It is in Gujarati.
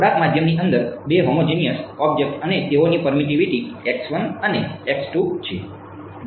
થોડાક માધ્યમની અંદર 2 હોમોજીનીઅસ ઓબ્જેક્ટ અને તેઓની પરમીટીવીટી અને છે